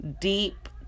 deep